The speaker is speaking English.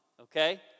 Okay